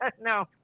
No